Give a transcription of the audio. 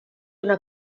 una